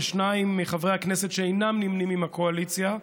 לשניים מחברי הכנסת שאינם נמנים עם הקואליציה,